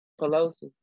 Pelosi